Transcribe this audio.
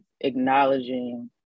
acknowledging